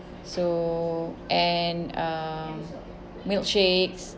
so and uh milkshakes